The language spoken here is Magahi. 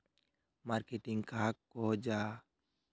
मार्केटिंग कहाक को जाहा?